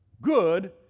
good